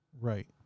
Right